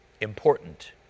important